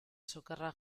sukarra